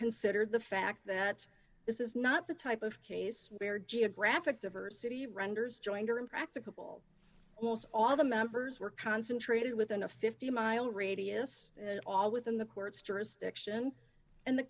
consider the fact that this is not the type of case where geographic diversity renders joinder impracticable wells all the members were concentrated within a fifty mile radius and all within the court's jurisdiction and the